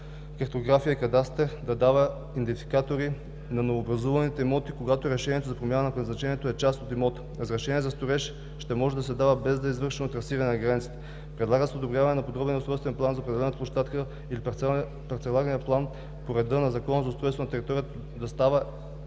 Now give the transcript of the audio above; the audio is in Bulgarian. картография и кадастър да дава идентификатори на новообразуваните имоти, когато решението за промяна на предназначението е за част от имота. Разрешение за строеж ще може да се дава без да е извършено трасиране на границите. Предлага се одобряването на подробния устройствен план за определената площадка или парцеларния план по реда на Закона за устройство на територията да става